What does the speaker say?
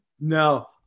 no